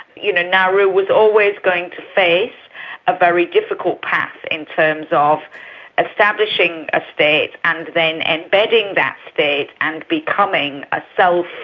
you know nauru was always going to face a very difficult path in terms of establishing a state and then embedding that state and becoming a so